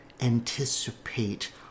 anticipate